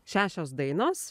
šešios dainos